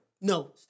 No